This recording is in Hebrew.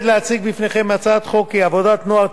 שם החוק: הצעת חוק תגמולים לחיילים ולבני